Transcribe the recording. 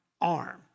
arm